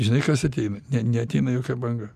žinai kas ateina ne neateina jokia banga